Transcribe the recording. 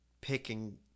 picking